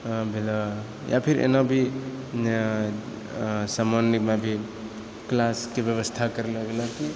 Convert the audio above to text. भेलौहँ यऽ फिर एना भी सामान्यमे भी क्लासके व्यवस्था करलो गेलो कि